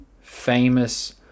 famous